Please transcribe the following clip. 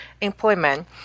employment